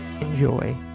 enjoy